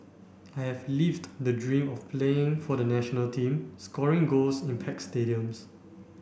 I have lived the dream of playing for the national team scoring goals in packed stadiums